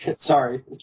Sorry